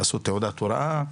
עשו תעודת הוראה.